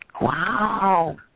Wow